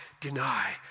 deny